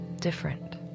different